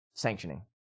sanctioning